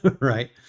right